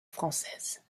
françaises